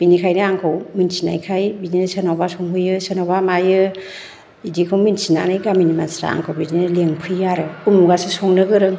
बिनिखायनो आंखौ मोनथिनायखाय बिदिनो सोरनावबा संहोयो सोरनावबा मायो बिदिखौ मोनथिनानै गामिनि मानिफ्रा आंखौ बिदिनो लिंफैयो आरो उमुखआसो संनो गोरों